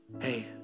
Hey